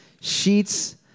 sheets